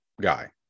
guy